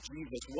Jesus